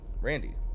Randy